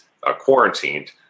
quarantined